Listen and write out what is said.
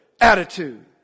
attitude